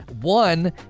one